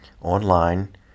online